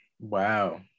Wow